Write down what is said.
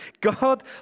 God